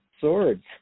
Swords